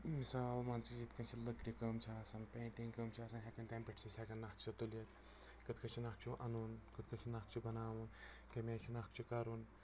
مِثال مان ژٕ یِتھ کٔنۍ چھِ لٔکرِ کٲم چھِ آسان پیٹنٛگ کٲم چھِ آسان ہٮ۪کان تَمہِ پٮ۪ٹھ چھِ أسۍ ہٮ۪کان نَقشہٕ تُلِتھ کِتھ کٔنۍ چھُ نَقشہٕ اَنُن کِتھ کٲٹھۍ چھُ نَقشہٕ بَناوُن کَمہِ آیہِ چھُ نَقشہٕ کرُن